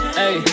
hey